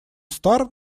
стар